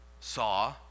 saw